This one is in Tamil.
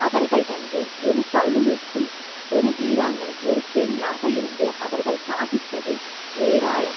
அவர்கள் வந்து ஒரு பளு தூக்கும் ஒரு வீராங்கனை ஒரு பெண்ணாக இருந்து அவர்கள் சாதித்தது ஏராளம்